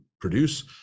produce